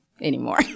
anymore